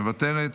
מוותרת,